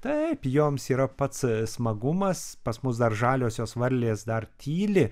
taip joms yra pats smagumas pas mus dar žaliosios varlės dar tyli